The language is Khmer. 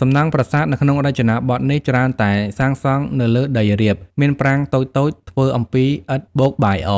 សំណង់ប្រាសាទនៅក្នុងរចនាបថនេះ ច្រើនតែសាងសង់នៅលើដីរាប មានប្រាង្គតូចៗ ធ្វើអំពីឥដ្ឋបូកបាយអ